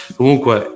comunque